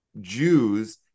Jews